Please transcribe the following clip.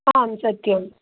आम् सत्यं